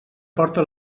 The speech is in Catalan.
porta